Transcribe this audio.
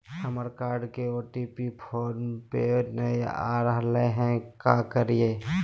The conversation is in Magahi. हमर कार्ड के ओ.टी.पी फोन पे नई आ रहलई हई, का करयई?